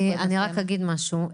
אני רק אגיד משהו.